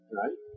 right